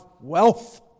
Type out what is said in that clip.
wealth